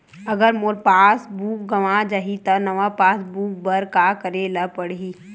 अगर मोर passbook गवां जाहि त नवा पास बुक बर का करे ल पड़हि?